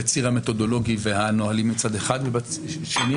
בציר המתודולוגי והנהלים מצד שני,